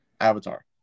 avatar